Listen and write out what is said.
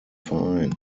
verein